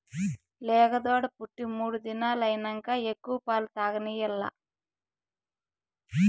లేగదూడ పుట్టి మూడు దినాలైనంక ఎక్కువ పాలు తాగనియాల్ల